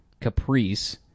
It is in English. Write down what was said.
Caprice